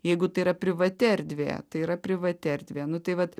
jeigu tai yra privati erdvė tai yra privati erdvė nu tai vat